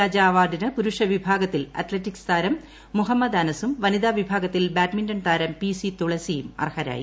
രാജാ അവാർഡിന് പുരുഷ വിഭാഗത്തിൽ അത്ലറ്റിക്സ് താരം മുഹമ്മദ് അനസും വനിതാ വിഭാഗത്തിൽ ബാഡ്മിന്റൺ താരം പി സി തുളസിയും അർഹരായി